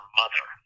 mother